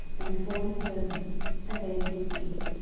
and before his servants and they did eat.